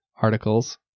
articles